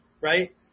Right